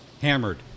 Hammered